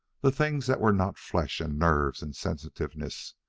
the things that were not flesh and nerves and sensitiveness,